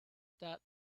that